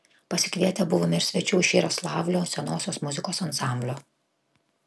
pasikvietę buvome ir svečių iš jaroslavlio senosios muzikos ansamblio